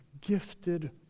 gifted